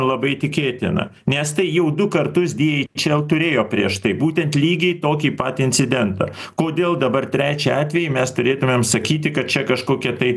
labai tikėtina nes tai jau du kartus dieičel turėjo prieš tai būtent lygiai tokį patį incidentą kodėl dabar trečią atvejį mes turėtumėm sakyti kad čia kažkokia tai